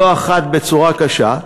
לא אחת בצורה קשה,